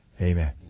Amen